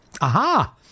Aha